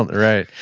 right.